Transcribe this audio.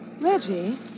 Reggie